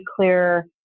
clear